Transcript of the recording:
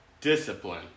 discipline